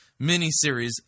miniseries